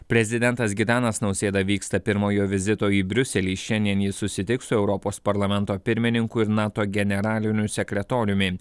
prezidentas gitanas nausėda vyksta pirmojo vizito į briuselį šiandien jis susitiks su europos parlamento pirmininku ir nato generaliniu sekretoriumi